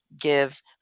give